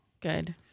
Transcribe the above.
Good